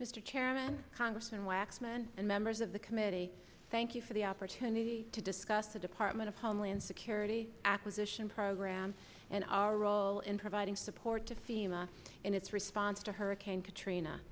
mr chairman congressman waxman and members of the committee thank you for the opportunity to discuss the department of homeland secure city acquisition program and our role in providing support to thema in its response to hurricane katrina